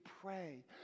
pray